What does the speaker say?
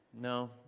No